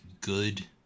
good